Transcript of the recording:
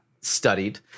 studied